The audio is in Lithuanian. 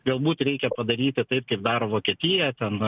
galbūt reikia padaryti taip kaip daro vokietija ten